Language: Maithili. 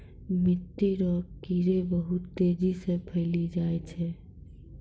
मिट्टी रो कीड़े बहुत तेजी से फैली जाय छै